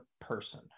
person